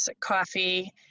coffee